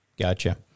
Gotcha